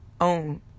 own